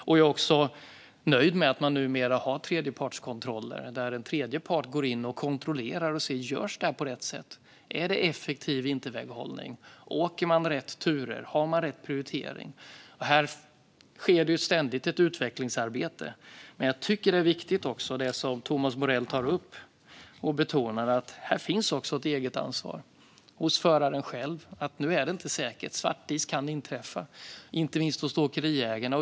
Jag är också nöjd med att man numera har tredjepartskontroller, där en tredje part går in och kontrollerar och ser efter om vinterväghållningen görs på rätt sätt och är effektiv. Åker man rätt turer? Har man rätt prioritering? Här sker ständigt ett utvecklingsarbete. Det Thomas Morell tar upp och betonar är också viktigt. Förarna och inte minst åkeriägarna har ett eget ansvar när det inte är säkert och svartis kan inträffa.